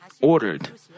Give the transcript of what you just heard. ordered